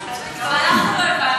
גם אנחנו לא הבנו.